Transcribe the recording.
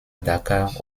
dakar